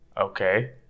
Okay